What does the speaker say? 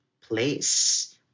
place